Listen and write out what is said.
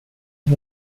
die